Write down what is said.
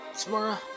tomorrow